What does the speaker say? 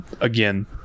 again